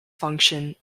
function